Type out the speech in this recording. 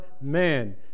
man